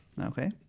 Okay